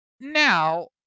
Now